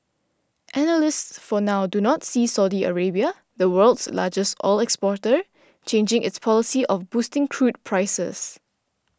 analysts for now do not see Saudi Arabia the world's largest oil exporter changing its policy of boosting crude prices